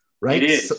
right